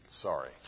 sorry